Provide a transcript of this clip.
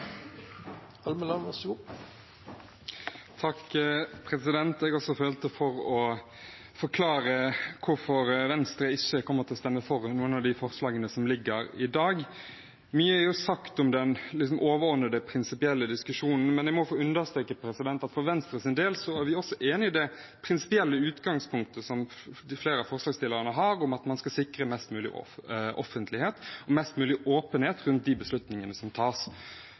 kommer til å stemme for noen av forslagene som er fremmet i dag. Mye er jo sagt om den overordnede prinsipielle diskusjonen, men jeg må få understreke at vi for Venstres del er enig i det prinsipielle utgangspunktet som flere av forslagsstillerne har om at man skal sikre mest mulig offentlighet og åpenhet rundt beslutningene som tas.